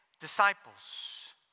disciples